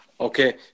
Okay